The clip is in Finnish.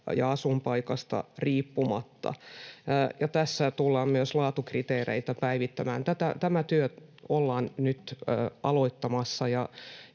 ja asuinpaikasta riippumatta, ja tässä tullaan myös laatukriteereitä päivittämään. Tämä työ ollaan nyt aloittamassa,